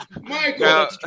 Michael